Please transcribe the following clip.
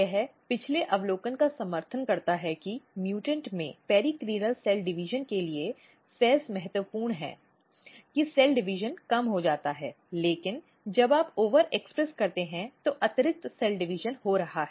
यह पिछले अवलोकन का समर्थन करता है कि म्यूटेंट में पेरिकलिनल सेल डिवीजन के लिए FEZ महत्वपूर्ण है कि सेल डिवीजन कम हो जाता है लेकिन जब आप ओवरएक्सप्रेस करते हैं तो अतिरिक्त सेल डिवीजन हो रहा है